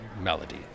melody